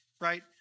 right